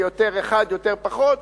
יותר אחד, יותר, פחות.